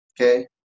okay